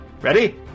Ready